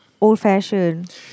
old-fashioned